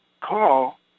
call